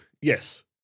Yes